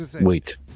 wait